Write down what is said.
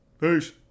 Peace